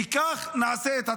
כי כך נעשה את הצדק.